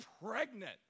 pregnant